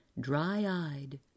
dry-eyed